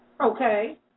Okay